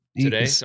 Today